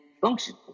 function